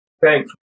Thanks